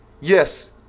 Yes